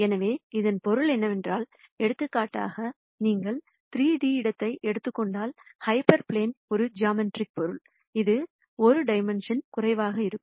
எனவே இதன் பொருள் என்னவென்றால் எடுத்துக்காட்டாக நீங்கள் 3D இடத்தை எடுத்துக் கொண்டால் ஹைப்பர் பிளேன் ஒரு ஜாமெட்ரிக் பொருள் இது 1 டைமென்ஷன் குறைவாக இருக்கும்